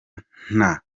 nta